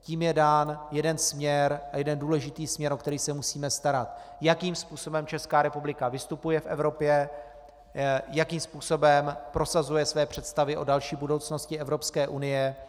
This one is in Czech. Tím je dán jeden důležitý směr, o který se musíme starat, jakým způsobem Česká republika vystupuje v Evropě, jakým způsobem prosazuje své představy o další budoucnosti Evropské unie.